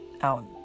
out